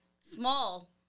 Small